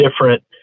different